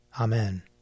Amen